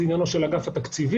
זה עניינו של אגף התקציבים,